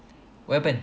what happened